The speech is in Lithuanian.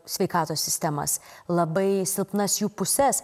sveikatos sistemas labai silpnas jų puses